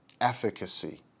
efficacy